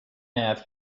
nav